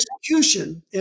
execution